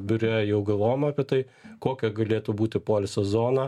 biure jau galvojom apie tai kokia galėtų būti poilsio zona